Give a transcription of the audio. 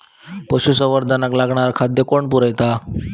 पशुसंवर्धनाक लागणारा खादय कोण पुरयता?